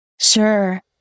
Sure